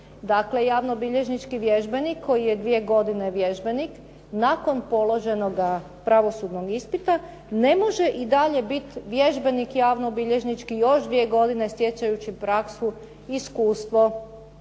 Dakle, javnobilježnički vježbenik koji je dvije godine vježbenik, nakon položenoga pravosudnog ispita ne može i dalje biti vježbenik javnobilježnički još dvije godine stjecajući praksu i iskustvo